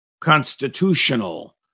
constitutional